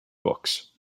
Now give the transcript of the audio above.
books